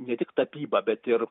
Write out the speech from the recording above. ne tik tapyba bet ir